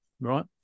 right